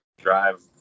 drive